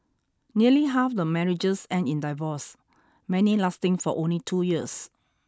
nearly half the marriages end in divorce many lasting for only two years